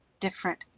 different